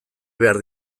behar